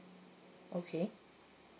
okay